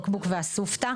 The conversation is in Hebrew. בק-בוק ואסופתא.